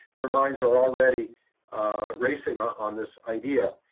their minds are already racing on on this idea.